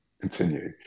Continue